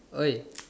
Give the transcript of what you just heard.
!oi!